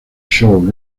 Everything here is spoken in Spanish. shows